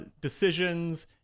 decisions